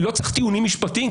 לא צריכה טיעונים משפטיים,